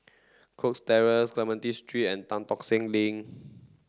Cox Terrace Clementi Street and Tan Tock Seng Link